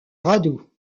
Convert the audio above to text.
radeau